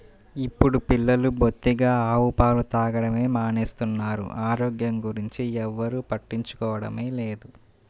ఇప్పుడు పిల్లలు బొత్తిగా ఆవు పాలు తాగడమే మానేస్తున్నారు, ఆరోగ్యం గురించి ఎవ్వరు పట్టించుకోవడమే లేదు